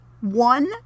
one